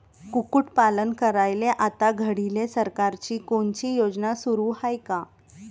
कुक्कुटपालन करायले आता घडीले सरकारची कोनची योजना सुरू हाये का?